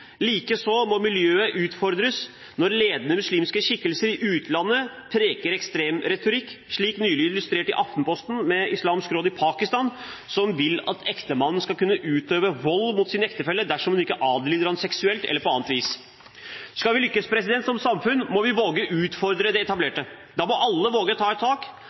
må miljøet utfordres når ledende muslimske skikkelser i utlandet preker ekstrem retorikk, slik det nylig ble illustrert i Aftenposten ved at Islamsk Råd i Pakistan vil at en ektemann skal kunne utøve vold mot sin ektefelle dersom hun ikke adlyder ham seksuelt eller på annet vis. Skal vi lykkes som samfunn, må vi våge å utfordre det etablerte. Da må alle våge å ta